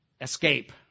escape